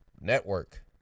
Network